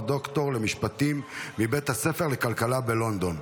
דוקטור למשפטים מבית הספר לכלכלה בלונדון.